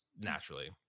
naturally